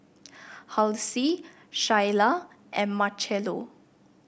Halsey Shayla and Marchello